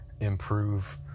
improve